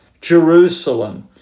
Jerusalem